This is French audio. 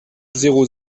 zéro